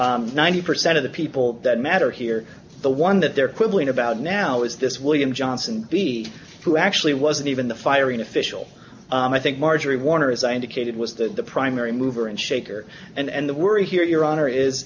to ninety percent of the people that matter here the one that they're quibbling about now is this william johnson b who actually wasn't even the firing official i think marjorie warner as i indicated was that the primary mover and shaker and the worry here your honor is